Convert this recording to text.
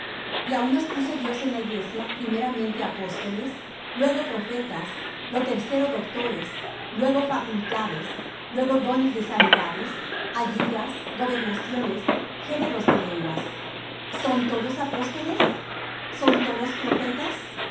y á unos puso dios en la iglesia primeramente apóstoles luego profetas lo tercero doctores luego facultades luego dones de sanidades ayudas gobernaciones géneros de lenguas son todos apóstoles son todos profetas